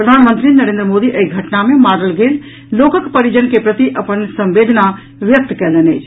प्रधानमंत्री नरेन्द्र मोदी एहि घटना मे मारल गेल लोकक परिजन के प्रति अपन संवेदना व्यक्त कयलनि अछि